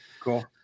cool